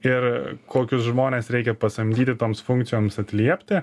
ir kokius žmones reikia pasamdyti toms funkcijoms atliepti